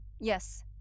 Yes